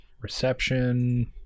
Reception